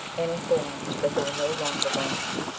and informed that they were no longer bondsmen.